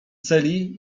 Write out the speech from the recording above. celi